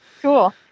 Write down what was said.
Cool